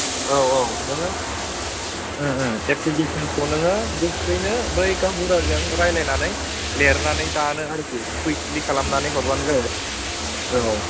औ औ नोङो एप्लिकेशनखौ नोङो गोख्रैनो बै गावबुराजों रायलायनानै लिरनानै दानो आरोखि क्वुइकली खालामनानै हरबानो जाबाय औ